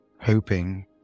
hoping